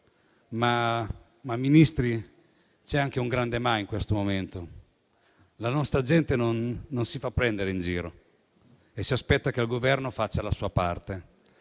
Ministri, c'è anche un grande ma in questo momento: la nostra gente non si fa prendere in giro e si aspetta che il Governo faccia la sua parte.